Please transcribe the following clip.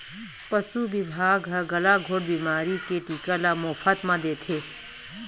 पसु बिभाग ह गलाघोंट बेमारी के टीका ल मोफत म देथे